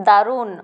দারুণ